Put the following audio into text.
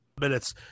minutes